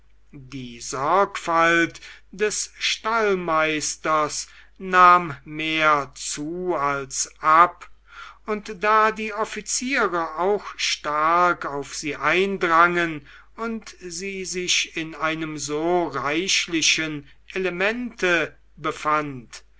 die sorgfalt des stallmeisters nahm mehr zu als ab und da die offiziere auch stark auf sie eindrangen und sie sich in einem so reichlichen elemente befand